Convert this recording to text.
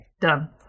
Done